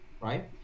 right